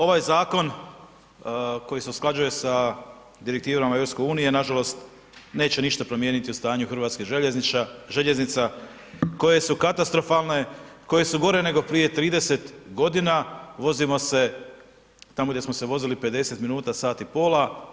Ovaj zakon, koji se usklađuje sa direktivom EU, nažalost, neće ništa promijeniti u stanju Hrvatskih željeznica, koje su katastrofalne, koje su gore nego prije 30 g. vozimo se tamo gdje smo se vozili 50 minuta, sat i pol.